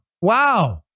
Wow